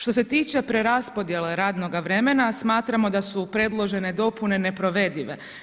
Što se tiče preraspodjele radnoga vremena, smatramo da su predložene dopune neprovedive.